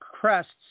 crests